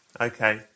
Okay